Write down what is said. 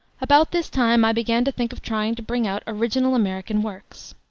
about this time i began to think of trying to bring out original american works.